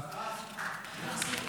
חברת הכנסת שלי